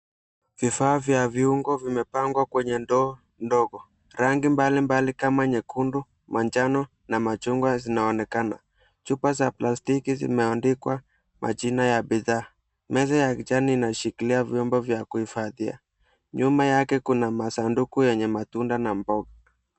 Vifaa vya viungo vimepangwa kwenye ndoo ndogo. Rangi mbalimbali kama nyekundu, manjano na machungwa zinaonekana. Chupa za plastiki zimeandikwa majina ya bidhaa. Meza ya kijani inashikilia vyombo vya kuhifadhia. Nyuma yake kuna masanduku yenye matunda na mboga.